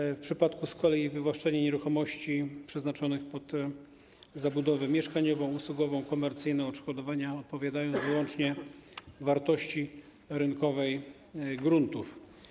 Z kolei w przypadku wywłaszczenia nieruchomości przeznaczonych pod zabudowę mieszkaniową, usługową, komercyjną odszkodowania odpowiadają wyłącznie wartości rynkowej gruntów.